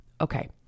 Okay